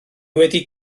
wedi